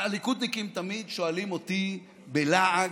הליכודניקים תמיד שואלים אותי בלעג: